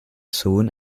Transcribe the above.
sohn